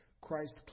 Christ